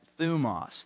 thumos